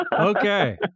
Okay